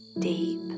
deep